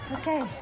okay